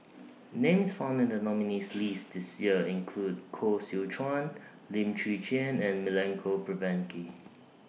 Names found in The nominees' list This Year include Koh Seow Chuan Lim Chwee Chian and Milenko Prvacki